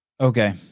Okay